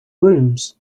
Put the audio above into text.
rooms